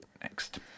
next